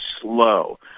slow